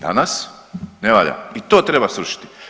Danas, ne valja i to treba srušiti.